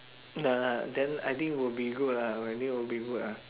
ya lah then I think will be good lah I think will be good lah